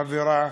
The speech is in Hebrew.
חברה.